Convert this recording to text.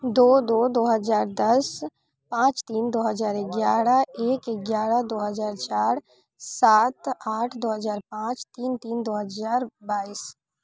दो दो दो हजार दस पाँच तीन दो हजार एगारह एक एगारह दो हजार चारि सात आठ दो हजार पाँच तीन तीन दो हजार बाइस